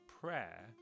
prayer